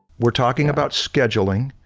we're talking about scheduling,